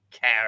care